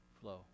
flow